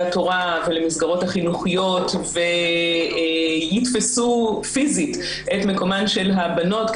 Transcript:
התורה ולמסגרות החינוכיות ויתפסו פיזית את מקומן של הבנות,